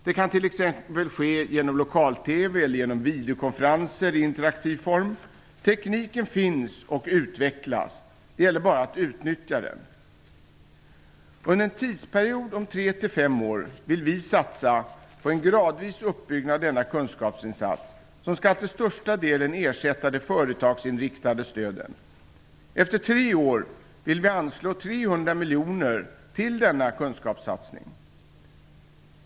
Det kan t.ex. ske genom lokal-TV eller genom videokonferenser i interaktiv form. Tekniken finns och utvecklas. Det gäller bara att utnyttja den. Under en tidsperiod om tre till fem år vill vi satsa på en gradvis uppbyggnad av denna kunskapsinsats som skall till största del ersätta de företagsinriktade stöden. Efter tre år vill vi anslå 300 miljoner till denna kunskapssatsning.